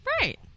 Right